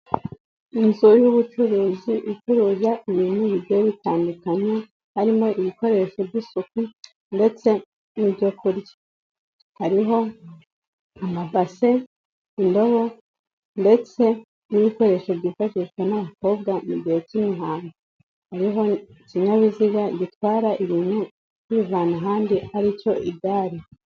Inzu y'ubucuruzi icuruza ibintu bigiye bitandukanye harimo ibikoresho by'isuku ndetse n'ibyo kurya, harimo amabase, indobo ndetse n'ibikoresho byifashishwa n'abakobwa mu gihe cy'imihango, hariho ikinyabiziga gitwara ibintu kibivana ahandi ari cyo igare.